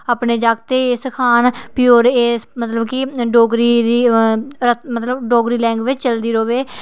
अपने जागतें गी गै सखान भी ओह्दे गी गै मतलब की अपनी डोगरी गी मतलब अपनी डोगरी लैंग्वेज़ चलदी र'वै